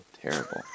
terrible